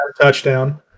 touchdown